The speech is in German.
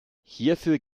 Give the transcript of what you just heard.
hierfür